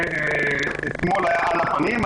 אתמול היה על הפנים.